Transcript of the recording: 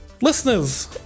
listeners